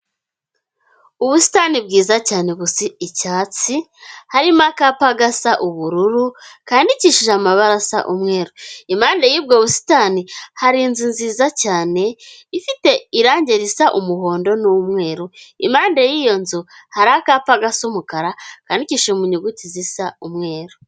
Ubusitani bwiza cyane busa icyatsi, harimo akapa gasa ubururu kandikishije amabara asa umweru. Impande y'ubwo busitani hari inzu nziza cyane ifite irange risa umuhondo n'umweru. Impande y'iyo nzu hari akapa gasa umukara kandikishije mu nyuguti zisa umweru.